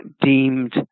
deemed